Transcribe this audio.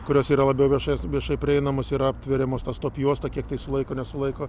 kurios yra labiau viešai viešai prieinamos yra aptveriamos ta stop juosta kiek tai sulaiko nesulaiko